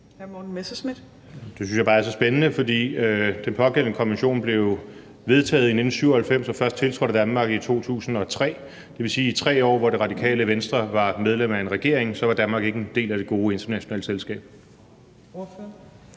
Det synes jeg bare er så spændende, for den pågældende konvention blev vedtaget i 1997 og først tiltrådt af Danmark i 2003. Det vil sige, at i 3 år, hvor Det Radikale Venstre var medlem af en regering, var Danmark ikke en del af det gode internationale selskab.